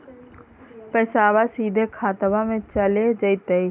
पैसाबा सीधे खतबा मे चलेगा जयते?